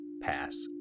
pass